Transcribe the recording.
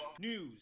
news